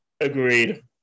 Agreed